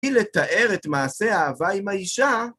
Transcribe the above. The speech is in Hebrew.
היא לתאר את מעשה האהבה עם האישה.